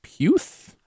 Puth